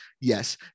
Yes